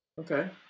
Okay